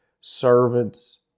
servants